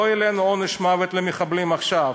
לא העלינו עונש מוות למחבלים עכשיו,